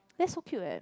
that's so cute eh